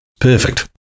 Perfect